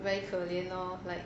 very 可怜 lor